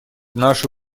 наши